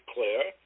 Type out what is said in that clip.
Claire